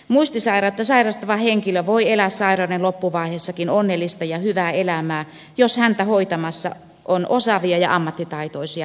muistisairautta sairastava henkilö voi elää sairauden loppuvaiheessakin onnellista ja hyvää elämää jos häntä hoitamassa on osaavia ja ammattitaitoisia ihmisiä